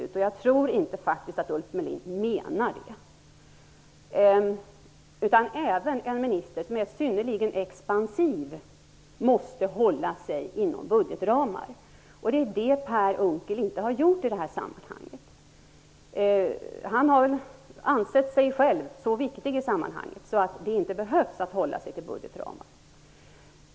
Jag tror faktiskt inte att Ulf Melin menar att det skulle vara så. Även en minister som är synnerligen expansiv måste hålla sig inom budgetramar, och det är det som Per Unckel inte har gjort i detta sammanhang. Han har ansett sig själv så viktig i sammanhanget att han inte behöver hålla sig inom budgetramar.